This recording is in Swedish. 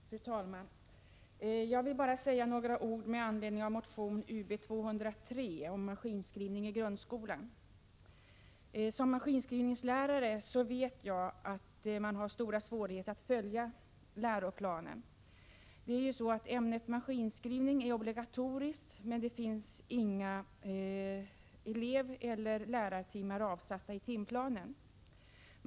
Fru talman! Jag vill bara säga några ord med anledning av motion Ub203 om maskinskrivning i grundskolan. Som maskinskrivningslärare vet jag att man har stora svårigheter att följa läroplanen. Ämnet maskinskrivning är obligatoriskt, men det finns inga eleveller lärartimmar avsatta i timplanen.